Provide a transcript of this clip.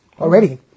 already